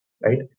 right